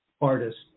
artist